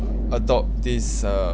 adopt this uh